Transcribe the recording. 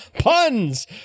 Puns